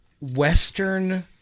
Western